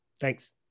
Thanks